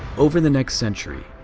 over the next century,